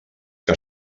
que